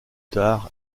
tard